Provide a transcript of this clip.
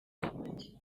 ati